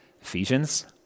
Ephesians